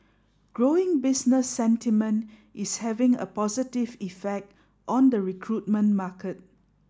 growing business sentiment is having a positive effect on the recruitment market